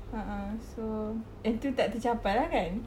a'ah so itu tak tercapai lah kan